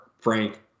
Frank